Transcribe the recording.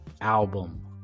Album